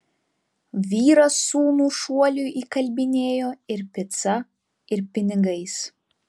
vyras sūnų šuoliui įkalbinėjo ir pica ir pinigais